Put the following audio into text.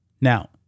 Now